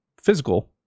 physical